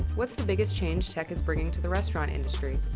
what's the biggest change tech is bringing to the restaurant industry?